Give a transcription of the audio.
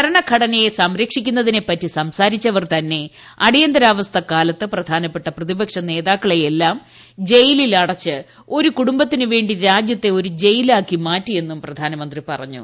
ഭരണഘടനയെ സംരക്ഷിക്കുന്ന്തിനെപ്പറ്റി സംസാരിച്ചവർ തന്നെ അടിയന്തിരാവസ്ഥ കാലൂത്ത് പ്രധാനപ്പെട്ട പ്രതിപക്ഷ നേതാക്കളെയെല്ലാം ജയിലിൽ അടച്ച് ഒരു കുടുംബത്തിന് വേ ി രാജ്യത്തെ ഒരു ജയിലാ്ക്കി മാറ്റിയെന്നും പ്രധാനമന്ത്രി പറഞ്ഞു